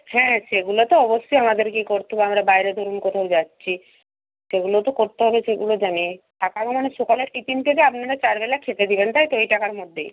হ্যাঁ সেগুলো তো অবশ্যই আমাদেরকে করতে হবে আমরা বাইরে ধরুন কোথাও যাচ্ছি সেগুলো তো করতে হবে সেগুলো জানি সকালের টিফিন থেকে আপনারা চারবেলা খেতে দেবেন তাই তো এই টাকার মধ্যেই